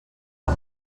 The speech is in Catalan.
per